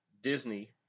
Disney